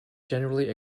generally